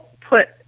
put